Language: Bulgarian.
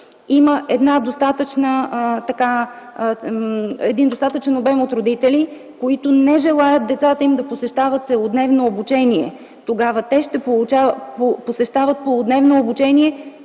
Има един достатъчен обем от родители, които не желаят децата им да посещават целодневно обучение. Тогава те ще посещават полудневно обучение